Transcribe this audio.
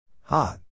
Hot